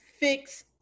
fix